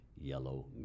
yellow